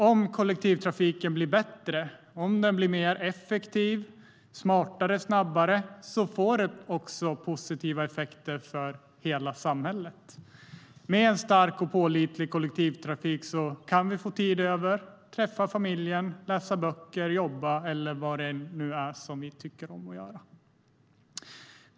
Om kollektivtrafiken blir bättre, om den blir mer effektiv, smartare och snabbare, får det positiva effekter för hela samhället. Med en stark och pålitlig kollektivtrafik kan vi få tid över för att träffa familjen, läsa böcker, jobba eller vad det nu är som vi tycker om att göra.